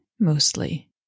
mostly